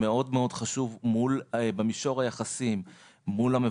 זה מאוד מאוד חשוב במישור היחסים מול המבטחת,